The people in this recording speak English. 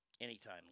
Anytime